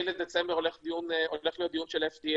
ב-10 בדצמבר הולך להיות דיון של ה-FDA